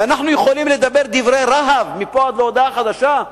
אנחנו יכולים לדבר דברי רהב מפה עד להודעה חדשה,